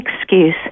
excuse